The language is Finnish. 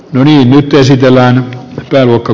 nainen esitellään kelloko